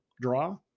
draw